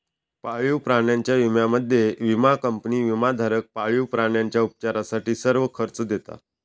पाळीव प्राण्यांच्या विम्यामध्ये, विमा कंपनी विमाधारक पाळीव प्राण्यांच्या उपचारासाठी सर्व खर्च देता